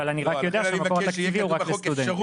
אני רק יודע שהמקור התקציבי הוא רק לסטודנטים.